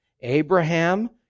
Abraham